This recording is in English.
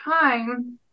time